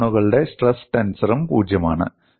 ഈ കോണുകളുടെ സ്ട്രെസ് ടെൻസറും പൂജ്യമാണ്